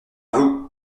vous